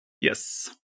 Yes